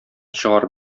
чыгарып